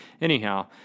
Anyhow